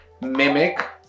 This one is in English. mimic